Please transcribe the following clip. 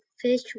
fish